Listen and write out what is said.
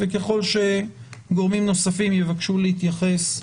וככל שגורמים נוספים יבקשו להתייחס,